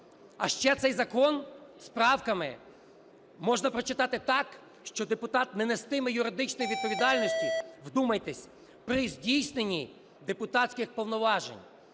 А ще цей закон з правками можна прочитати так, що депутат не нестиме юридичної відповідальності – вдумайтесь! – при здійсненні депутатських повноважень.